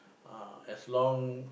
ah as long